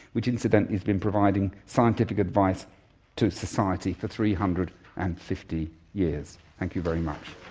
which incidentally has been providing scientific advice to society for three hundred and fifty years. thank you very much.